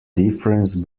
difference